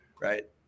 right